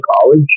college